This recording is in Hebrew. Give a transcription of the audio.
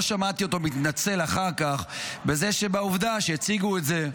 לא שמעתי אותו מתנצל אחר כך בעובדה שהציגו את זה.